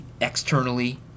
Externally